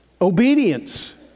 obedience